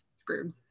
screwed